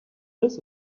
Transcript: this